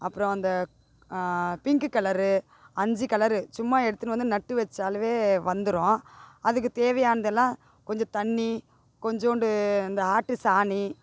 அப்புறம் அந்த pink colour அஞ்சு கலரு சும்மா எடுத்துனு வந்து நட்டு வச்சாலுவே வந்துடும் அதுக்கு தேவையானது எல்லாம் கொஞ்சம் தண்ணி கொஞ்சோண்டு அந்த ஆட்டு சானி